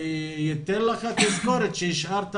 שייתן לך תזכורת שהשארת